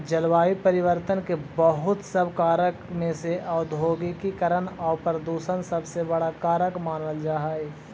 जलवायु परिवर्तन के बहुत सब कारक में से औद्योगिकीकरण आउ प्रदूषण सबसे बड़ा कारक मानल जा हई